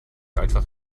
einfach